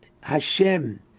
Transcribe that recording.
Hashem